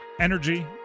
energy